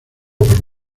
por